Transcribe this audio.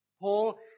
Paul